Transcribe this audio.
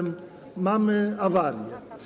Mamy awarię.